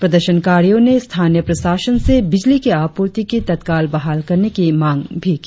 प्रदर्शनकारियों ने स्थानीय प्रशासन से बिजली की आपूर्ति की तत्काल बहाल करने की मांग भी की